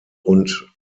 und